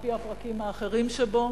על-פי הפרקים האחרים שבו,